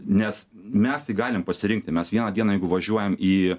nes mes tai galim pasirinkti mes vieną dieną jeigu važiuojam į